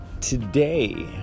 today